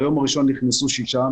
ביום הראשון נכנסו שישה,